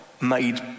made